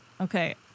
Okay